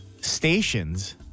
stations